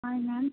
hi ma'am